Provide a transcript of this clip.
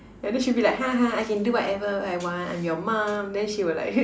and then she will be like ha ha I can do whatever I want I'm your mom then she will like